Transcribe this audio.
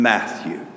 Matthew